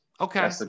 Okay